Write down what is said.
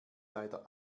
leider